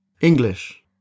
English